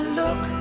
look